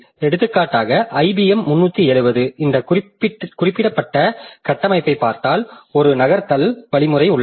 எடுத்துக்காட்டாக ஐபிஎம் 370 இந்த குறிப்பிட்ட கட்டமைப்பைப் பார்த்தால் ஒரு நகர்த்தல் வழிமுறை உள்ளது